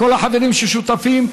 ולכל החברים ששותפים.